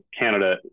canada